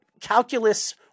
calculus